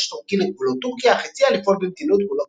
הטורקי לגבולות טורקיה אך הציע לפעול במתינות מול הכורדים".